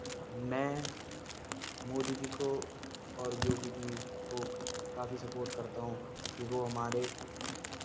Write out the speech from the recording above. मैं मोदी जी को और योगी जी को काफी सपोर्ट करता हूँ कि वो हमारे